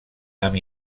amb